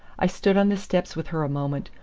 i stood on the steps with her a moment,